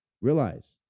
Realize